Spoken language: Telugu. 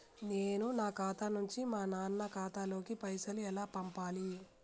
నేను నా ఖాతా నుంచి మా నాన్న ఖాతా లోకి పైసలు ఎలా పంపాలి?